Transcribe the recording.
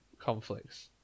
conflicts